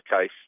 case